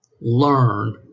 learn